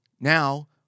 Now